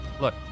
Look